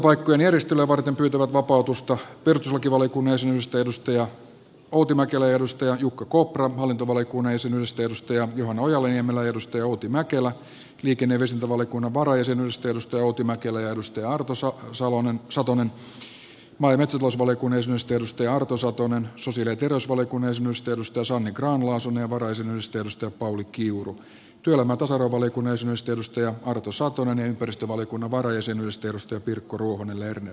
valiokuntapaikkojen järjestelyä varten pyytävät vapautusta perustuslakivaliokunnan jäsenyydestä outi mäkelä ja jukka kopra hallintovaliokunnan jäsenyydestä johanna ojala niemelä ja outi mäkelä liikenne ja viestintävaliokunnan varajäsenyydestä outi mäkelä ja arto satonen maa ja metsätalousvaliokunnan jäsenyydestä arto satonen sosiaali ja terveysvaliokunnan jäsenyydestä sanni grahn laasonen ja varajäsenyydestä pauli kiuru työelämä ja tasa arvovaliokunnan jäsenyydestä arto satonen ja ympäristövaliokunnan varajäsenyydestä pirkko ruohonen lerner